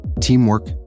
teamwork